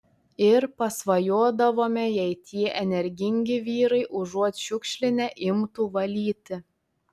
ir pasvajodavome jei tie energingi vyrai užuot šiukšlinę imtų valyti